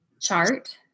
chart